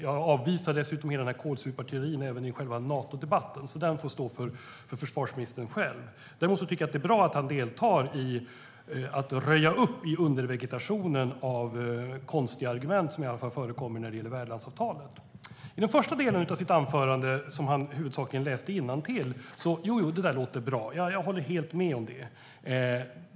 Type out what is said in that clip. Jag avvisar dessutom hela kålsuparteorin även i själva Natodebatten - den får stå för försvarsministern själv. Men jag tycker att det är bra att han deltar i uppröjningen av undervegetationen av konstiga argument som i alla fall förekommer när det gäller värdlandsavtalet. I den första delen av anförandet läste försvarsministern huvudsakligen innantill. Jo, jo, det låter bra. Jag håller helt med om det.